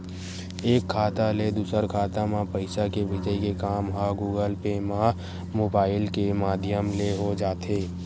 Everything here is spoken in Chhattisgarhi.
एक खाता ले दूसर खाता म पइसा के भेजई के काम ह गुगल पे म मुबाइल के माधियम ले हो जाथे